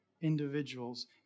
individuals